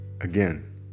Again